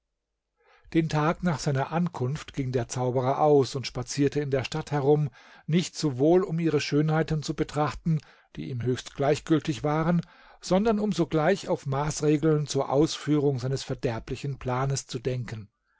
den tag nach seiner ankunft ging der zauberer aus und spazierte in der stadt herum nicht sowohl um ihre schönheiten zu betrachten die ihm höchst gleichgültig waren sondern um sogleich auf maßregeln zur ausführung seines verderblichen planes zu denken